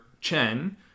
Chen